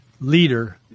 leader